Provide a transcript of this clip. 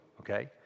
okay